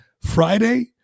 Friday